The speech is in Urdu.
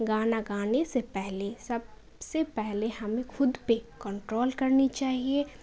گانا گانے سے پہلے سب سے پہلے ہمیں خود پہ کنٹرول کرنی چاہیے